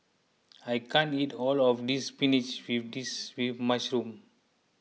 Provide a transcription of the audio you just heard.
I can't eat all of this Spinach with Mushroom